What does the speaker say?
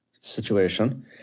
situation